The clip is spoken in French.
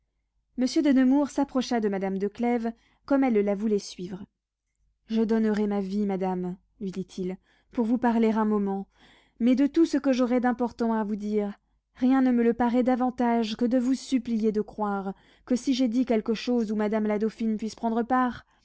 monsieur de nemours s'approcha de madame de clèves comme elle la voulait suivre je donnerais ma vie madame lui dit-il pour vous parler un moment mais de tout ce que j'aurais d'important à vous dire rien ne me le paraît davantage que de vous supplier de croire que si j'ai dit quelque chose où madame la dauphine puisse prendre part